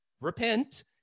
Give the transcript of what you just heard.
repent